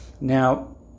Now